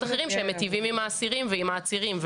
אחרים שמיטיבים עם האסירים ועם העצירים,